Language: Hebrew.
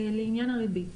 לעניין הריבית,